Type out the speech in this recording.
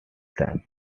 them